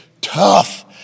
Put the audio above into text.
tough